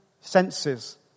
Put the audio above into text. senses